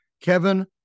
Kevin